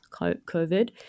COVID